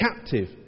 captive